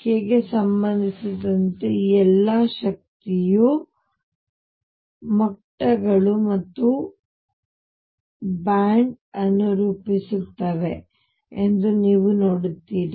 k ಗೆ ಸಂಬಂಧಿಸಿದಂತೆ ಈ ಎಲ್ಲಾ ಶಕ್ತಿಯ ಮಟ್ಟಗಳು ಈಗ ಮತ್ತೆ ಬ್ಯಾಂಡ್ ಅನ್ನು ರೂಪಿಸುತ್ತವೆ ಎಂದು ನೀವು ನೋಡುತ್ತೀರಿ